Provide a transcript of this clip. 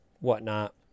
whatnot